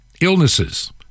illnesses